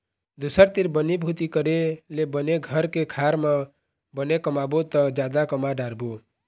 दूसर तीर बनी भूती करे ले बने घर के खार म बने कमाबो त जादा कमा डारबो